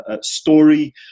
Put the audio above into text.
story